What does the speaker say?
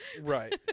right